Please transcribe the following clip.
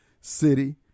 city